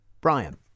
Brian